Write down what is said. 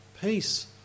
peace